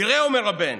תראה, אומר הבן,